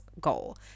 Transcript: goal